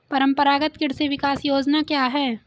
परंपरागत कृषि विकास योजना क्या है?